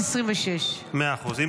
426. מאה אחוז.